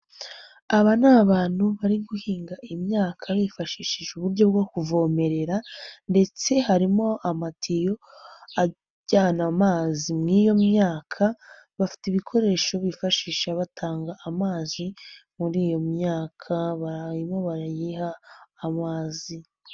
Aba ni abantu bari guhinga imyaka bifashishije uburyo bwo kuvomerera ndetse harimo amatiyo ajyana amazi muri iyo myaka, bafite ibikoresho bifashisha batanga amazi muri iyo myaka barimo barayiha amazi.